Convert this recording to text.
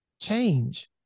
Change